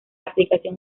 aplicación